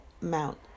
Mount